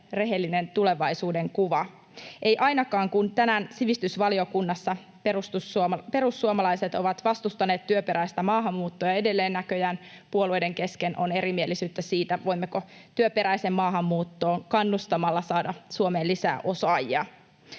rehellinen tulevaisuudenkuva — ei ainakaan, kun tänään sivistysvaliokunnassa perussuomalaiset ovat vastustaneet työperäistä maahanmuuttoa ja edelleen näköjään puolueiden kesken on erimielisyyttä siitä, voimmeko työperäiseen maahanmuuttoon kannustamalla saada Suomeen lisää osaajia.